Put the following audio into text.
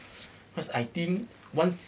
cause I think once